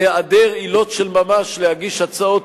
בהיעדר עילות של ממש להגיש הצעות